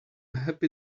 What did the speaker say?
happy